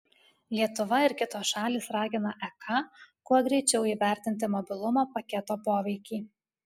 lietuva ir kitos šalys ragina ek kuo greičiau įvertinti mobilumo paketo poveikį